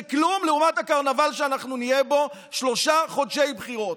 זה כלום לעומת הקרנבל שאנחנו נהיה בו שלושה חודשי בחירות.